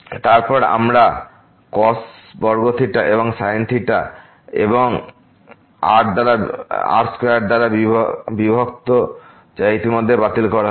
এবং তারপর আমরা cos বর্গ থিটা এবং sin থিটা এবং দ্বারা বিভক্ত r স্কয়ার যা ইতিমধ্যে বাতিল করা হয়েছে